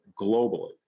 globally